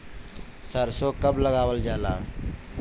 सरसो कब लगावल जाला?